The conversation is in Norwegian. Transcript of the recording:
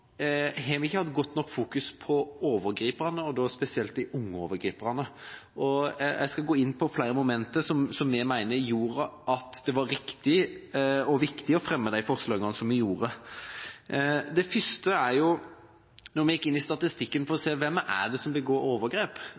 har vi ikke fokusert nok på overgriperne, og da spesielt de unge overgriperne. Jeg skal gå inn på flere momenter som vi mener gjorde at det var riktig og viktig å fremme disse forslagene. Det første går på da vi gikk inn i statistikken for å se hvem det er som begår overgrep.